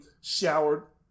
showered